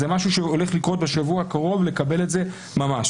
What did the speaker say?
זה משהו שהולך לקרות בשבוע הקרוב, נקבל את זה ממש.